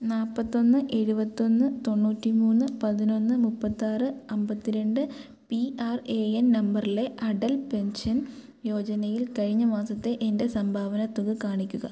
നാൽപ്പത്തൊന്ന് ഏഴുപത്തൊന്ന് തൊണ്ണൂറ്റി മൂന്ന് പതിനൊന്ന് മുപ്പത്താറ് അമ്പത്തിരണ്ട് പി ആർ എ എൻ നമ്പറിലെ അടൽ പെൻഷൻ യോജനയിൽ കഴിഞ്ഞ മാസത്തെ എൻ്റെ സംഭാവന തുക കാണിക്കുക